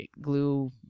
glue